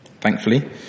Thankfully